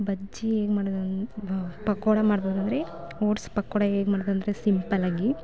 ಬಜ್ಜಿ ಹೇಗೆ ಮಾಡೋದಂದ್ರೆ ಬ್ ಪಕೋಡ ಮಾಡ್ಬೋದು ಅಂದರೆ ಓಟ್ಸ್ ಪಕೋಡ ಹೇಗ್ ಮಾಡೋದು ಅಂದರೆ ಸಿಂಪಲ್ಲಾಗಿ